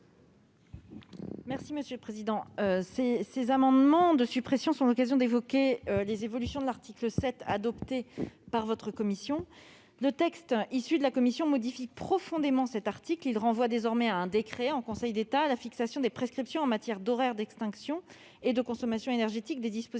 du Gouvernement ? Ces amendements de suppression sont l'occasion d'évoquer les évolutions de l'article 7 adopté par votre commission, laquelle en a profondément modifié le texte. L'article renvoie désormais à un décret en Conseil d'État la fixation des prescriptions en matière d'horaires d'extinction et de consommation énergétique des dispositifs